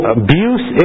abuse